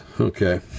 Okay